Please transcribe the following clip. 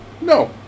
no